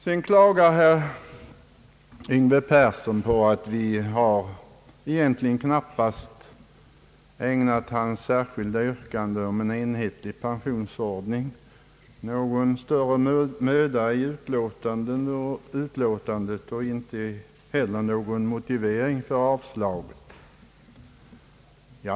Herr Yngve Persson klagar över att vi egentligen inte har ägnat hans särskilda yrkande om en enhetlig pensionsordning någon större möda i utlåtandet och inte heller givit någon motivering för avslaget.